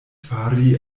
fari